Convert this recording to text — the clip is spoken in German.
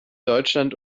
deutschland